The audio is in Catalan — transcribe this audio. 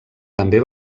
també